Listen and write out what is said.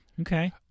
Okay